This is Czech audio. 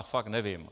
Fakt nevím.